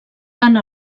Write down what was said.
tant